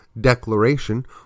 declaration